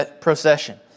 procession